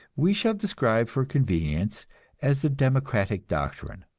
we shall describe for convenience as the democratic doctrine.